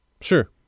Sure